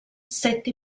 sette